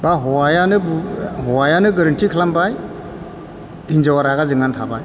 बा हौवायानो गोरोन्थि खालामबाय हिनजावआ रागा जोंनानै थाबाय